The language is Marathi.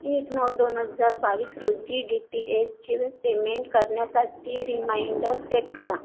एक नऊ दोन हजार बावीस रोजी डी टी एसचे पेमेंट करण्यासाठी रिमाइंडर सेट करा